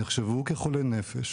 נחשבו כחולי נפש,